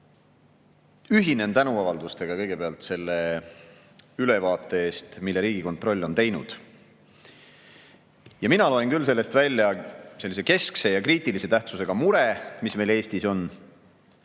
ühinen tänuavaldustega selle ülevaate eest, mille Riigikontroll on teinud. Mina loen küll sellest välja keskse ja kriitilise tähtsusega mure, mis meil Eestis on,